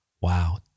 Wow